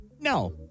No